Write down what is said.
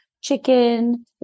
chicken